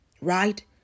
right